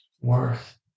worth